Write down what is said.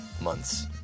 months